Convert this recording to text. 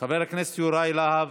חבר הכנסת יוראי להב,